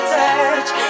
touch